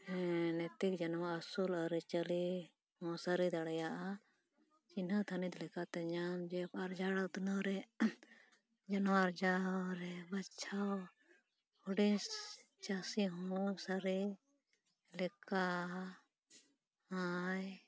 ᱦᱮᱸ ᱱᱤᱛᱤᱠ ᱡᱟᱱᱣᱟ ᱟᱹᱥᱩᱞ ᱟᱹᱨᱤᱼᱪᱟᱹᱞᱤ ᱦᱚᱸ ᱥᱟᱹᱨᱤ ᱫᱟᱲᱮᱨᱭᱟᱜᱼᱟ ᱪᱤᱱᱦᱟᱹ ᱛᱷᱟᱱᱤᱛ ᱞᱮᱠᱟᱛᱮ ᱧᱟᱢ ᱡᱚᱵ ᱟᱨ ᱡᱷᱟᱲ ᱩᱛᱱᱟᱹᱣᱨᱮ ᱡᱮ ᱱᱚᱣᱟ ᱟᱨᱡᱟᱣᱨᱮ ᱵᱟᱪᱷᱟᱣ ᱦᱩᱰᱤᱥ ᱪᱟᱹᱥᱤ ᱦᱚᱸ ᱥᱟᱹᱨᱤ ᱞᱮᱠᱟ ᱟᱭ